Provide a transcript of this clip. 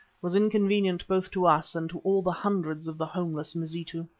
was inconvenient both to us and to all the hundreds of the homeless mazitu.